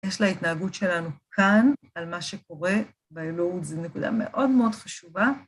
יש להתנהגות שלנו כאן על מה שקורה באלוהות, זו נקודה מאוד מאוד חשובה.